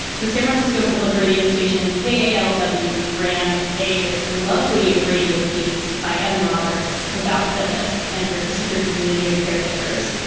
the san francisco public radio station k a. ah and but lw ran a lovely radio piece by evan roberts about phyllis and her secret community of caregivers.